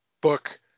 book